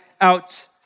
out